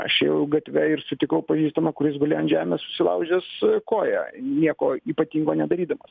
aš ėjau gatve ir sutikau pažįstamą kuris guli ant žemės susilaužęs koją nieko ypatingo nedarydamas